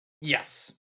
Yes